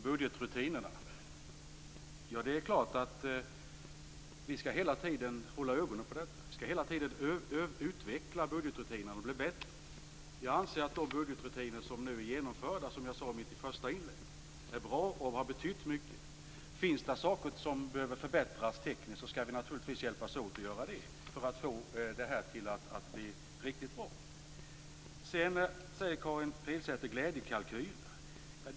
Fru talman! Vi skall hela tiden hålla ögonen på budgetrutinerna. Vi skall hela tiden utveckla budgetrutinerna så att de blir bättre. Som jag sade i mitt första inlägg, anser jag att de budgetrutiner som nu är genomförda är bra och har betytt mycket. Finns det sådant som behöver förbättras tekniskt skall vi naturligtvis hjälpas åt att göra det för att få detta att bli riktigt bra. Karin Pilsäter talar om glädjekalkyler.